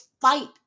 fight